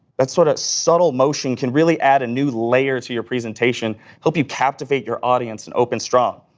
that's what a subtle motion can really add a new layer to your presentation. help you captivate your audience and open strong.